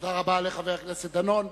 תודה רבה לחבר הכנסת דנון.